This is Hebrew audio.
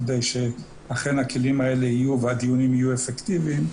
כדי שאכן הכלים האלה יהיו והדיונים יהיו אפקטיביים,